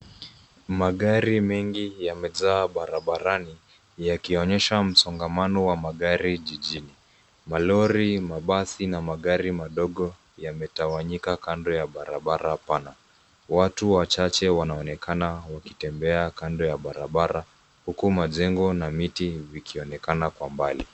Magari mengi yamejaa barabarani yakionyesha msongamano wa magari jijini. Malori, mabasi na magari madogo yametawanyika kando ya barabara pana. Watu wachache wanaonekana wakitembea kando ya barabara huku majengo na miti vikionekana kwa mbali.